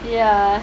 ya